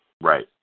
Right